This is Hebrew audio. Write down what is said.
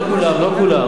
לא נגיד.